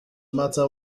matter